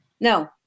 no